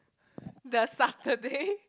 the Saturday